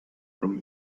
from